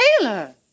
Taylor